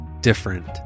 different